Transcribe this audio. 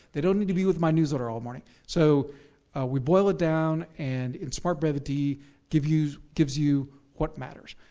they don't need to be with my newsletter all morning. so we blow it down and in smart brevity gives you gives you what matters.